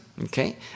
okay